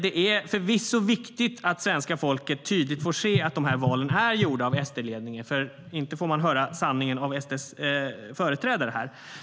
Det är förvisso viktigt att svenska folket tydligt får se att de här valen är gjorda av SD-ledningen, för inte får man höra sanningen av SD:s företrädare här.